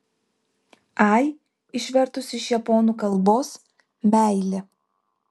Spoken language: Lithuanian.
ai išvertus iš japonų kalbos meilė